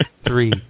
Three